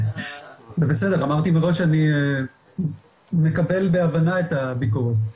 זה בסדר אמרתי מראש שאני מקבל בהבנה את הביקורת.